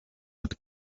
with